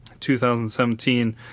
2017